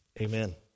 Amen